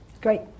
Great